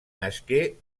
nasqué